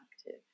active